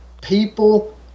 people